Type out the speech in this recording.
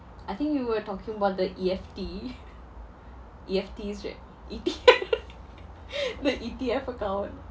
I think you were talking about the E_F_T E_F_T right E_T_F the E_T_F account